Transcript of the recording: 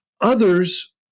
others